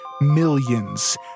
millions